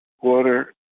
water